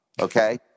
okay